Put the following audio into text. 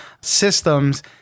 systems